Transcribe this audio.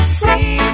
see